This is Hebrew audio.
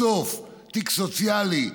בסוף תיק סוציאלי,